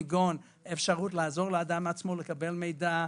כגון: אפשרות לעזור לאדם עצמו לקבל מידע,